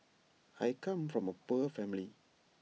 I come from A poor family